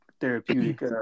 therapeutic